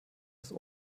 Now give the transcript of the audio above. des